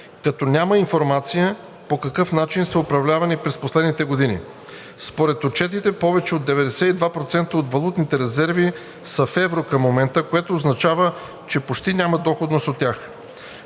като няма информация по какъв начин са управлявани през последните години. Според отчетите повече от 92% от валутните резерви са в евро към момента, което означава, че почти няма доходност от тях.